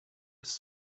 was